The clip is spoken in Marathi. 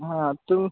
हा तो